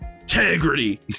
integrity